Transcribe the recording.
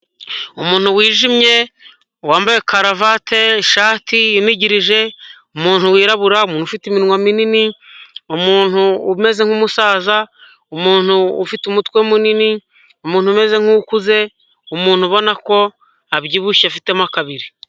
Umuntu wijimye wambaye karavate, ishati inigirije, umuntu wirabura, umuntu ufite iminwa minini, umuntu umeze nk'umusaza, umuntu ufite umutwe munini, umuntu umeze nk'ukuze, umuntu ubona ko abyibushye afitemo kabiri.